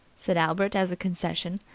said albert as a concession,